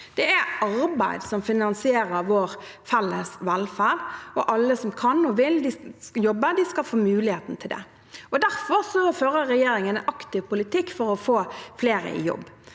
Det er arbeid som finansierer vår felles velferd. Alle som kan og vil jobbe, skal få muligheten til det. Derfor fører regjeringen en aktiv politikk for å få flere i jobb.